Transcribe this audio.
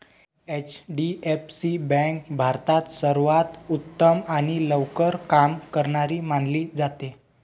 HDFC bank भारतात सर्वांत उत्तम आणि लवकर काम करणारी मानली जाते